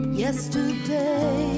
yesterday